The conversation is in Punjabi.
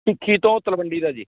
ਭਿੱਖੀ ਤੋਂ ਤਲਵੰਡੀ ਦਾ ਜੀ